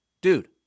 Dude